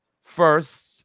first